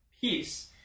peace